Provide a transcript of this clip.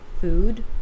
food